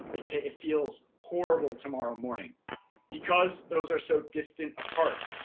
it ah it feels horrible tomorrow morning because those are so distant apart.